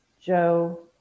Joe